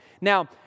Now